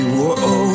Whoa